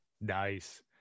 nice